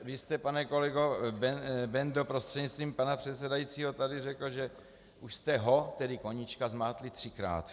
Vy jste, pane kolego Bendo prostřednictvím pana předsedajícího, tady řekl, že už jste ho, tedy Koníčka, zmátli třikrát.